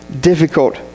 difficult